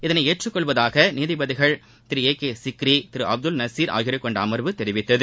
அதனை ஏற்றுக் கொள்வதாக நீதிபதிகள் திரு ஏ கே சிக்ரி திரு அப்துல் நசீர் ஆகியோரைக் கொண்ட அமர்வு தெரிவித்தது